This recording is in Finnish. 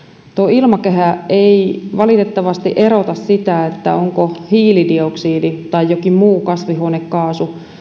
ilmakehä ei valitettavasti erota sitä onko hiilidioksidi tai jokin muu kasvihuonekaasu